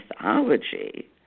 mythology